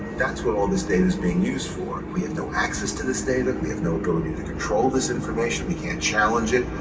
that's what all this data is being used for. we have no access to this data, we have no ability to control this information, we can't challenge it,